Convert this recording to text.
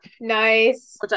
nice